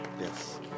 Yes